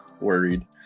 worried